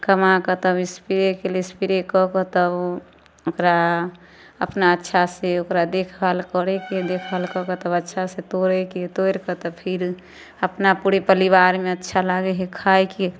कमा कऽ तब स्प्रे केली स्प्रे कऽ कऽ तब ओकरा अपना अच्छा से ओकरा देखभाल करैके देखभाल कऽ कऽ तब अच्छा से तोरैके तोरि कऽ तऽ फिर अपना पुरे परिवारमे अच्छा लागै है खायके